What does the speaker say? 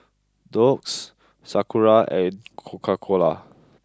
Doux Sakura and Coca Cola